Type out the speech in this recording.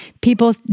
people